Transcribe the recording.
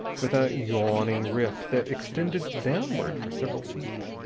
with a yawning rift that extended downward for several feet.